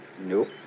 Nope